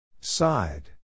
Side